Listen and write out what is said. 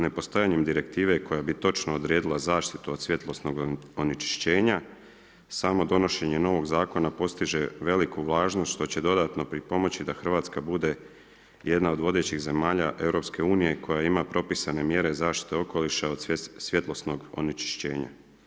Nepostojanjem direktive koja bi točno odredila zaštitu od svjetlosnog onečišćenja samo donošenje novog zakona postiže veliku važnost što će dodatno pripomoći da Hrvatska bude jedna od vodećih zemalja EU koja ima propisane mjere zaštite okoliša od svjetlosnog onečišćenja.